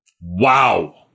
Wow